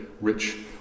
rich